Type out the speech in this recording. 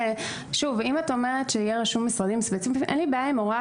אם את אומרת שיהיה רשום משרדים ספציפיים אין לי בעיה עם הוראה